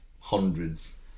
hundreds